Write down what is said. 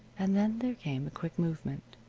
and then there came a quick movement,